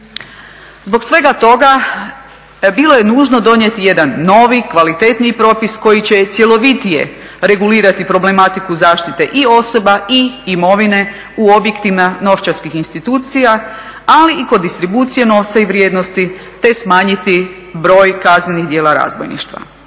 Zbog svega toga bilo je nužno donijeti jedan novi kvalitetniji propis koji će cjelovitije regulirati problematiku zaštite i osoba i imovine u objektima novčarskih institucija ali i kod distribucije novca i vrijednosti te smanjiti broj kaznenih djela razbojništva.